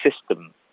system